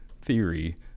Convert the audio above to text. theory